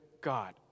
God